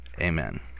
Amen